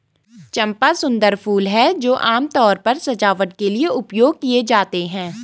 चंपा सुंदर फूल हैं जो आमतौर पर सजावट के लिए उपयोग किए जाते हैं